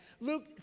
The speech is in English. Luke